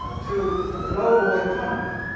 ah to a global economy.